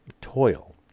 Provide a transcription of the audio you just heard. toil